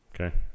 Okay